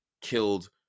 killed